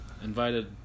Invited